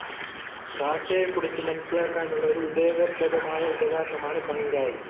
കാറ്റായെക്കുറിച്ചു മനസിലാക്കാനുള്ള ഒരു ഉപയോഗപ്രദമായ ഉപകരണമാണ് ബങ്കായ്